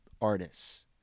artists